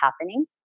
happening